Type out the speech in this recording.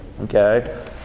okay